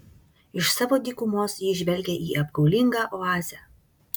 iš savo dykumos ji žvelgia į apgaulingą oazę